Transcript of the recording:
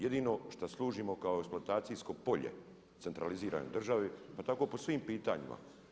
Jedino šta služimo kao eksploatacijsko polje centraliziranoj državi pa tako po svim pitanjima.